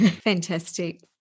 Fantastic